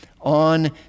on